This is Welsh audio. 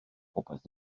popeth